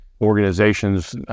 organizations